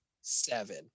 seven